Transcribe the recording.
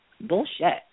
Bullshit